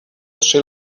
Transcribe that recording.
trzy